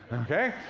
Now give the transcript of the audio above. okay?